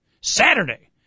Saturday